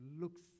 looks